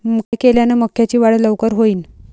काय केल्यान मक्याची वाढ लवकर होईन?